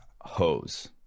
hose